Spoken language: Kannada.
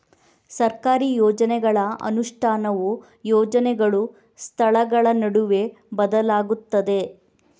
ಸರ್ಕಾರಿ ಯೋಜನೆಗಳ ಅನುಷ್ಠಾನವು ಯೋಜನೆಗಳು, ಸ್ಥಳಗಳ ನಡುವೆ ಬದಲಾಗುತ್ತದೆ